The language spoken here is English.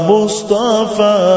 Mustafa